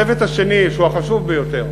הצוות השני, שהוא החשוב ביותר,